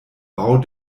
bau